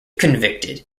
convicted